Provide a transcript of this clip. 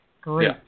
Great